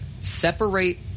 separate